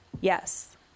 yes